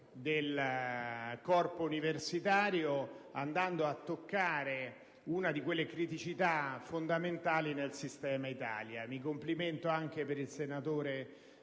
del corpo universitario, andando a toccare una delle criticità fondamentali nel sistema Italia. Mi complimento anche con il relatore,